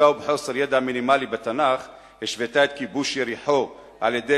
שבטיפשותה ובחוסר ידע מינימלי בתנ"ך השוותה את כיבוש יריחו על-ידי